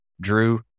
Drew